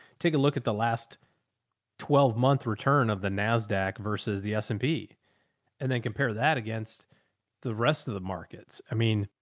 take a look at the last twelve month return of the nasdaq versus the s and p and then compare that against the rest of the markets. i mean,